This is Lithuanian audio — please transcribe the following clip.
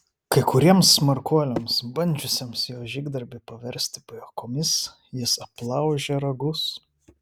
kai kuriems smarkuoliams bandžiusiems jo žygdarbį paversti pajuokomis jis aplaužė ragus